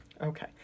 Okay